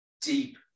deep